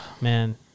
man